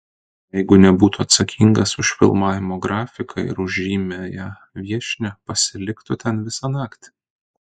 jeigu nebūtų atsakingas už filmavimo grafiką ir už žymiąją viešnią pasiliktų ten visą naktį